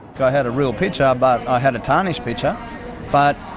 i had a real picture but i had a tarnished picture but.